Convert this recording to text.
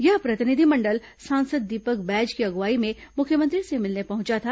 यह प्रतिनिधिमंडल सांसद दीपक बैज की अगुवाई में मुख्यमंत्री से मिलने पहुंचा था